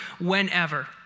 whenever